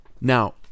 now